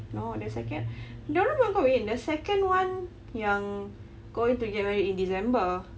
no the second dia orang belum kahwin the second [one] yang going to get married in december